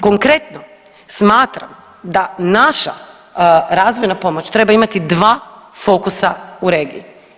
Konkretno smatram da naša razvojna pomoć treba imati dva fokusa u regiji.